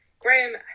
Graham